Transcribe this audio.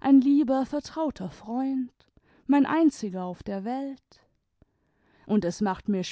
ein lieber vertrauter freund mein einziger auf der welt und es macht mir